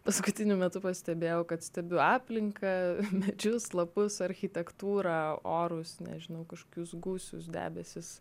paskutiniu metu pastebėjau kad stebiu aplinką medžius lapus architektūrą orus nežinau kažkokius gūsius debesis